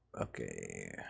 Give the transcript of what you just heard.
okay